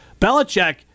Belichick